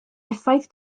effaith